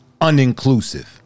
uninclusive